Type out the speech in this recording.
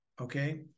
Okay